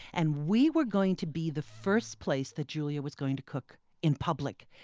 and we were going to be the first place that julia was going to cook in public.